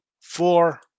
four